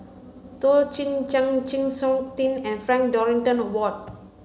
Toh Chin Chye Chng Seok Tin and Frank Dorrington Ward